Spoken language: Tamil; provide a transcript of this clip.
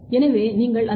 எனவே நீங்கள் அந்த டி